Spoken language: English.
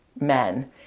men